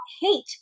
hate